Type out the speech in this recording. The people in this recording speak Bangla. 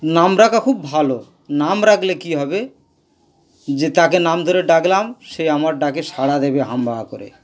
নাম রাখা খুব ভালো নাম রাখলে কী হবে যে তাকে নাম ধরে ডাকলাম সে আমার ডাকে সাড়া দেবে হাম্বা করে